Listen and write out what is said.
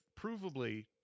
provably